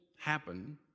happen